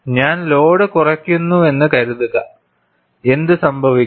ഞാൻ ലോഡ് കുറയ്ക്കുന്നുവെന്ന് കരുതുക എന്ത് സംഭവിക്കും